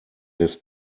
his